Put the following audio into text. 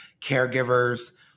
caregivers